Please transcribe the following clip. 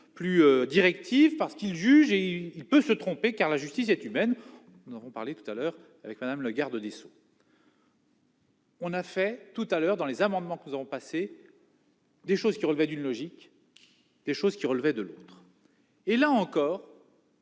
plus directif, parce qu'il juge être il peut se tromper, car la justice est humaine, nous avons parlé tout à l'heure avec madame le Garde des Sceaux. On a fait tout à l'heure dans les amendements que nous avons passé. Des choses qui relevaient d'une logique des choses qui relevaient de l'autre et là encore.